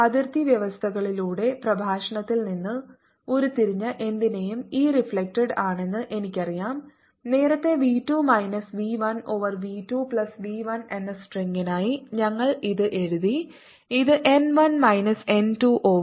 അതിർത്തി വ്യവസ്ഥകളിലൂടെ പ്രഭാഷണത്തിൽ നിന്ന് ഉരുത്തിരിഞ്ഞ എന്തിനേയും E റിഫ്ലെക്ടഡ് ആണെന്ന് എനിക്കറിയാം നേരത്തെ v 2 minus v 1 over v 2 plus v 1 എന്ന സ്ട്രിംഗിനായി ഞങ്ങൾ ഇത് എഴുതി ഇത് n 1 മൈനസ് n 2 ഓവർ